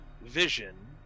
vision